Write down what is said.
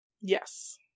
Yes